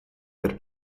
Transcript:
der